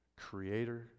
creator